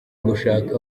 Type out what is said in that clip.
gushaka